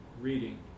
reading